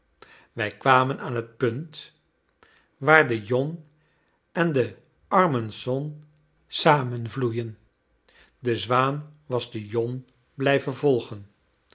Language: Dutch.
wij kwamen aan het punt waar de yonne en de armençon samenvloeien de zwaan was de yonne blijven volgen